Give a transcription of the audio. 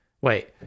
wait